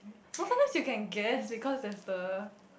so sometimes you can guess because there is the